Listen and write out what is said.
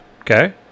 okay